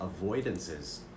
avoidances